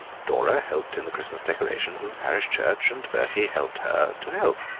dora helped in the christmas decorations of the parish church, and bertie helped her to help.